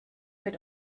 mit